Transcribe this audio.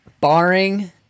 Barring